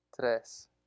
Tres